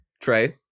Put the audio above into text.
trey